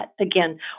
again